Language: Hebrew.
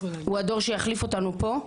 הוא הדור שיחליף אותנו פה,